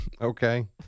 Okay